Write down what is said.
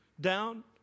down